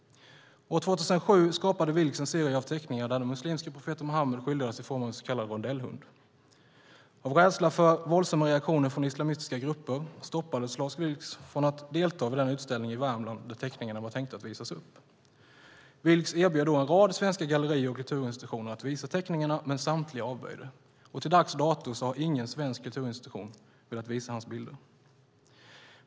År 2007 skapade Vilks en serie av teckningar där den muslimske profeten Muhammed skildras i form av en så kallad rondellhund. Av rädsla för våldsamma reaktioner från islamistiska grupper stoppades Lars Vilks från att delta vid den utställning i Värmland där teckningarna var tänkta att visas upp. Vilks erbjöd då en rad svenska gallerier och kulturinstitutioner att visa teckningarna, men samtliga avböjde. Till dags dato har ingen svensk kulturinstitution velat visa hans bilder.